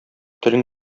телең